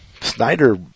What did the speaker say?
Snyder